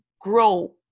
grow